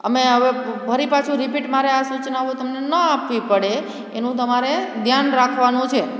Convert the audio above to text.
અમે હવે ફરી પાછું રિપીટ મારે આ સૂચનાઓ તમને ના આપવી પડે એનું તમારે ધ્યાન રાખવાનું છે